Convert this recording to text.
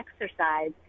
exercise